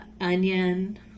Onion